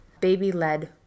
baby-led